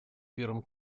первом